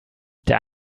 der